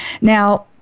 Now